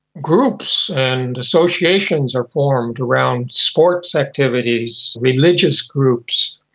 groups and associations are formed around sports activities, religious groups,